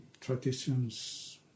traditions